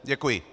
Děkuji.